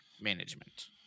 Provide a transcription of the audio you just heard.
management